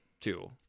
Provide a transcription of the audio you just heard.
two